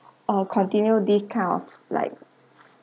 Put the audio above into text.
or continue this kind of like